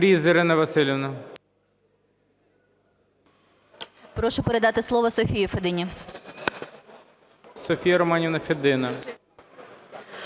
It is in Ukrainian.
Прошу передати слово Софії Федині.